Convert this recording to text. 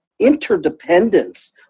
Interdependence